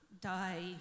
die